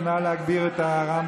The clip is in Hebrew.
אז נא להגביר את הרמקול